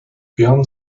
beyond